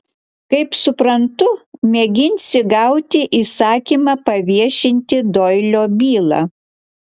kaip suprantu mėginsi gauti įsakymą paviešinti doilio bylą